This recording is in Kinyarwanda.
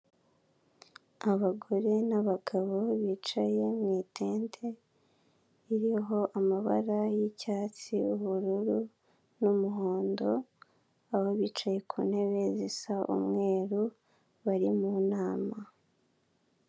Abagore n'abagabo bicaye mu itente, iriho amabara y'icyatsi, ubururu n'umuhondo, aho bicaye ku ntebe zisa umweru bari mu nama.